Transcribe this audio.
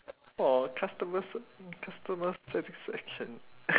for customer sat~ customer satisfaction